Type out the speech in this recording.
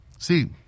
See